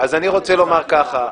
רגע.